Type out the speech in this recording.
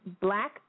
black